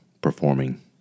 performing